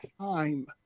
time